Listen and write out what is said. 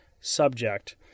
subject